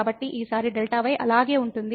కాబట్టి ఈసారి Δy అలాగే ఉంటుంది